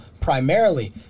primarily